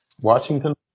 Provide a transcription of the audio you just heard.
Washington